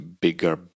bigger